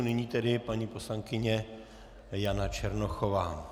Nyní tedy paní poslankyně Jana Černochová.